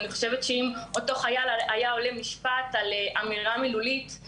אני חושבת שאם אותו חייל היה עולה למשפט על אמירה מילולית,